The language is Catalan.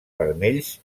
vermells